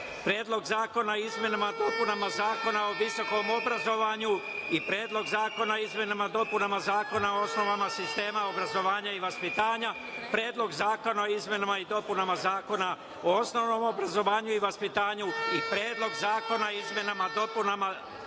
Predlog zakona o izmenama i dopunama Zakona o visokom obrazovanju i Predlog zakona o izmenama i dopunama Zakona o osnovama sistema obrazovanja i vaspitanja, Predlog zakona o izmenama i dopunama Zakona o osnovnom obrazovanju i vaspitanju i Predlog zakona o izmenama i dopunama